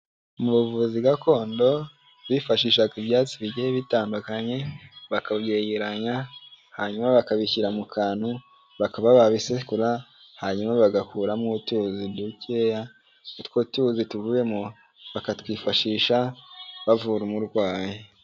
Mu buvuzi gakondo bifashishaga ibyatsi bigiye bitandukanye bakabyegeranya hanyuma bakabishyira mu kantu bakaba babisekura hanyuma bagakuramo utuzi dukeya utwo tuzi tuvuyemo bakatwifashisha bavura umurwayi.